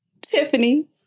Tiffany